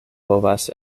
povas